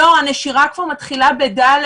לא, הנשירה מתחילה כבר ב-ד'